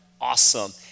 awesome